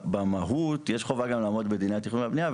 במהות יש חובה לעמוד גם בדיני התכנון והבנייה,